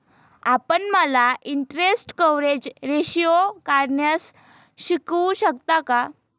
आपण मला interest coverage ratio काढण्यास शिकवू शकता का?